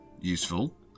useful